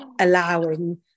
allowing